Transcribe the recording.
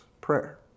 prayer